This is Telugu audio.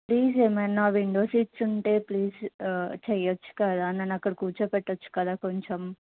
ప్లీజ ఏమైనా విండో సీట్స్ ఉంటే ప్లీజ్ చెయొచ్చు కదా నన్ను అక్కడ కూర్చోపెట్టచ్చు కదా కొంచెం